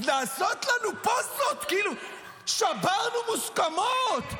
אז לעשות לנו פוזות כאילו שברנו מוסכמות,